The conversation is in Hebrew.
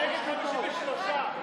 חברי הכנסת, הצבעה.